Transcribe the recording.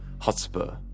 Hotspur